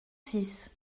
six